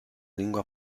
lingua